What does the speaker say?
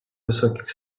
високих